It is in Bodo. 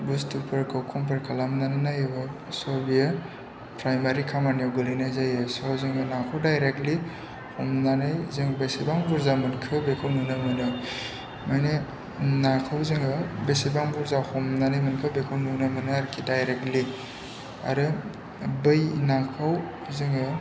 बुस्तुफोरखौ कम्पेर खालामनानै नायोबा स बेयो प्राइमारि खामानियाव गोलैनाय जायो स जोङो नाखौ डायरेक्टलि हमनानै जों बेसेबां बुरजा मोनखो बेखौ नुनो मोनो माने नाखौ जोङो बेसेबां बुरजा हमनानै मोनखो बेखौ नुनो मोनो आरोखि डायरेक्टलि आरो बै नाखौ जोङो